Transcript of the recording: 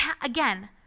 again